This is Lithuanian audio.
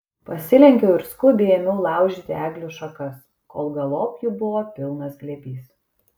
pasilenkiau ir skubiai ėmiau laužyti eglių šakas kol galop jų buvo pilnas glėbys